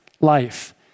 life